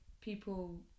people